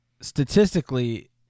statistically